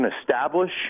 establish